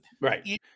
Right